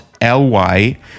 L-Y